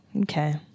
Okay